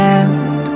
end